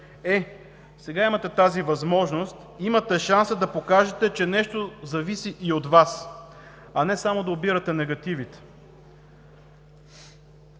Е, сега имате тази възможност, имате шанса да покажете, че нещо зависи и от Вас, а не само да обирате негативите.